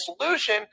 solution